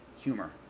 humor